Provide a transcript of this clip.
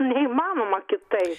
neįmanoma kitaip